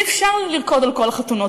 אי-אפשר לרקוד על כל החתונות,